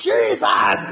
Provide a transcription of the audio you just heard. Jesus